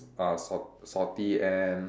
uh salt salty and